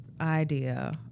Idea